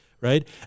Right